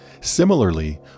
Similarly